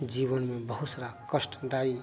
जीवन में बहुत सरा कष्टदाई